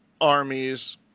armies